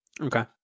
okay